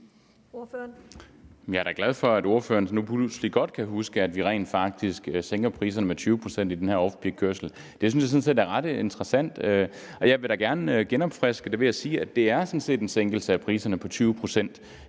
Jeg er da glad for, at ordføreren nu pludselig godt kan huske, at vi rent faktisk sænker priserne med 20 pct. i den her off peak-kørsel. Det synes jeg sådan set er ret interessant, og jeg vil da gerne genopfriske erindringen ved at sige, at det sådan set er en sænkelse af priserne med 20 pct.